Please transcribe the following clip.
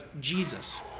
Jesus